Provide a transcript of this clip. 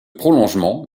prolongement